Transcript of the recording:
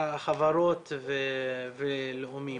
חברות ולאומים.